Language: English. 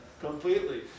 completely